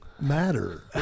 matter